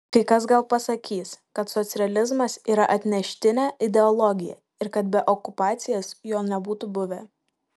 kai kas gal pasakys kad socrealizmas yra atneštinė ideologija ir kad be okupacijos jo nebūtų buvę